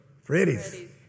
Freddy's